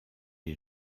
est